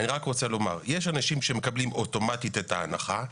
יש אנשים שמקבלים אוטומטית את ההנחה.